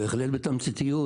בהחלט בתמציתיות.